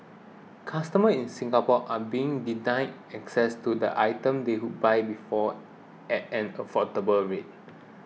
customers in Singapore are being denied access to the items they could buy before at an affordable rate